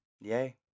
yay